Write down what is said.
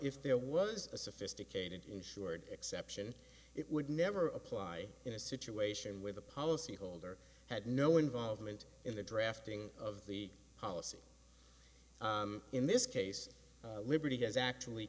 if there was a sophisticated insured exception it would never apply in a situation where the policy holder had no involvement in the drafting of the policy in this case liberty has actually